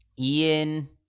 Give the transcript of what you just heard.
Ian